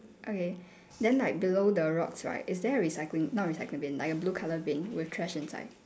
okay then like below the rocks right is there a recycling not recycling bin like a blue colour bin with trash inside